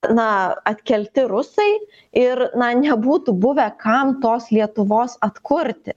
na atkelti rusai ir na nebūtų buvę kam tos lietuvos atkurti